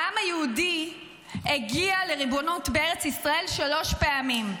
העם היהודי הגיע לריבונות בארץ ישראל שלוש פעמים.